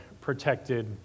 protected